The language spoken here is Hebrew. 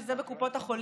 שזה בקופות החולים,